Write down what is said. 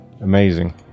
Amazing